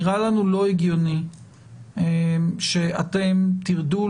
נראה לנו לא הגיוני שאם אנחנו מטילים